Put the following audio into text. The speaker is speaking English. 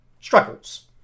struggles